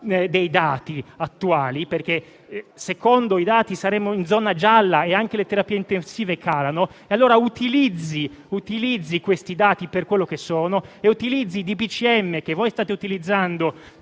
dei dati attuali, nonostante, secondo i dati, saremmo in zona gialla e anche le terapie intensive stanno calando. Allora utilizzi questi dati per quello che sono e utilizzi i DPCM, che state usando